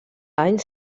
any